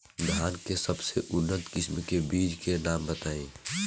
धान के सबसे उन्नत किस्म के बिज के नाम बताई?